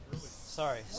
Sorry